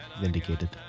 vindicated